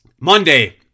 Monday